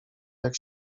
jak